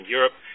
Europe